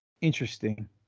Interesting